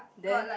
then